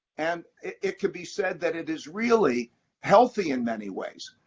and it it could be said that it is really healthy in many ways.